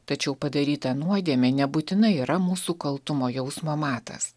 tačiau padarytą nuodėmę nebūtinai yra mūsų kaltumo jausmo matas